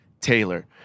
Taylor